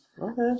Okay